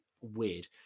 weird